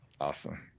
Awesome